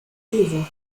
vivo